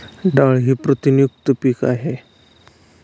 डाळ ही प्रथिनयुक्त पीक आहे